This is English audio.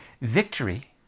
Victory